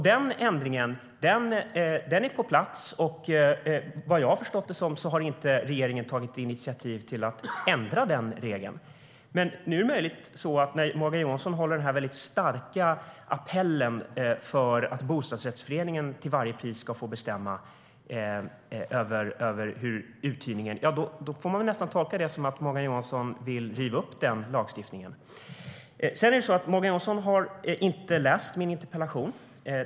Den ändringen är på plats, och som jag har förstått det har regeringen inte tagit något initiativ till att ändra den regeln. Morgan Johansson har inte läst min interpellation.